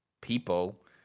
people